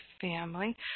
family